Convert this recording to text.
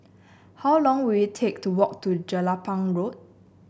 how long will it take to walk to Jelapang Road